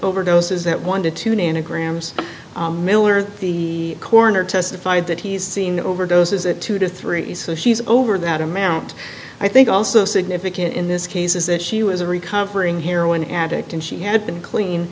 overdoses that want to tune into graham's miller the coroner testified that he's seen overdoses a two to three so she's over that amount i think also significant in this case is that she was a recovering heroin addict and she had been clean